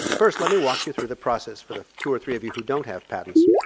first let me walk you through the process for the two or three of you who don't have patents.